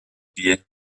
billets